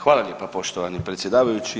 Hvala lijepo poštovani predsjedavajući.